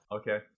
Okay